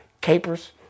capers